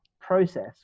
process